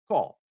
Call